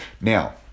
Now